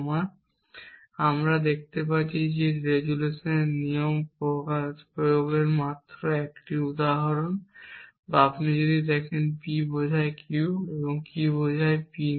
সুতরাং আমরা দেখতে পাচ্ছি যে এটি রেজোলিউশনের নিয়ম প্রয়োগের মাত্র 1টি উদাহরণ বা আপনি যদি দেখেন যে P বোঝায় Q এবং Q বোঝায় P নয়